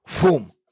Boom